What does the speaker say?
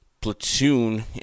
platoon